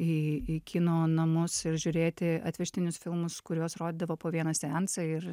į į kino namus ir žiūrėti atvežtinius filmus kuriuos rodydavo po vieną seansą ir